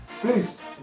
please